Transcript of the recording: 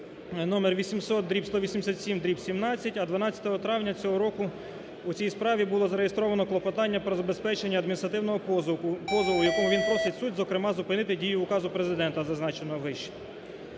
номер 800/187/17, а 12 травня цього року в цій справі було зареєстровано клопотання про забезпечення адміністративного позову, в якому він просить суд, зокрема, зупинити дію Указу Президента зазначеного вище.